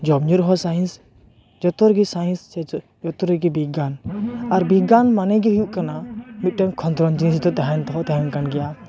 ᱡᱚᱢ ᱧᱩ ᱨᱮᱦᱚᱸ ᱥᱟᱭᱮᱱᱥ ᱡᱚᱛᱚ ᱨᱮᱜᱮ ᱥᱟᱭᱤᱱᱥ ᱡᱚᱛᱚ ᱨᱮᱜᱮ ᱵᱤᱜᱽᱜᱟᱱ ᱟᱨ ᱵᱤᱜᱽᱜᱟᱱ ᱢᱟᱱᱮ ᱜᱮ ᱦᱩᱭᱩᱜ ᱠᱟᱱᱟ ᱢᱤᱫᱴᱟᱝ ᱠᱷᱚᱸᱫᱽᱨᱚᱸᱫᱽ ᱡᱤᱱᱤᱥ ᱫᱚ ᱛᱟᱦᱮᱱ ᱛᱮᱦᱚᱸ ᱛᱟᱦᱮᱱ ᱠᱟᱱ ᱜᱮᱭᱟ